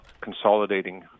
consolidating